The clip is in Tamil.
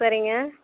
சரிங்க